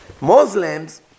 Muslims